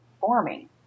forming